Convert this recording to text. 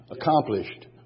accomplished